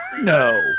no